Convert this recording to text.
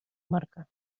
marca